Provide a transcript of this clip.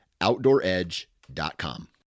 OutdoorEdge.com